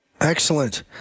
Excellent